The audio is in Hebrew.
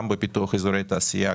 גם בפיתוח אזורי תעשייה,